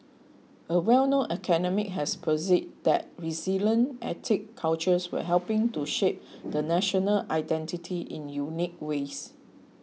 a well known academic has posited that resilient ethnic cultures were helping to shape the national identity in unique ways